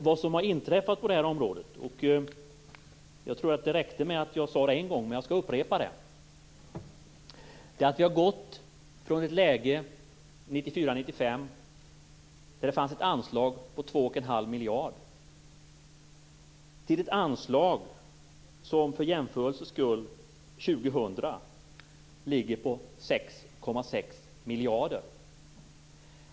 Vad som har inträffat på det här området - jag trodde att det skulle räcka med att säga detta en gång, men jag skall upprepa det - är att vi har gått från ett läge 1994/95 med ett anslag om 2,5 miljarder kronor till ett läge med ett anslag som jag för jämförelsens skull vill säga kommer att vara 6,6 miljarder kronor år 2000.